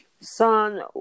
son